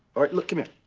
alright, look, come